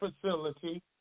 facility